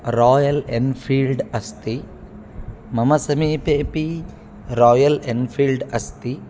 royal Enfield अस्ति मम समीपेऽपि रायल् एन्फ़ील्ड् अस्ति